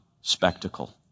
spectacle